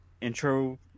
intro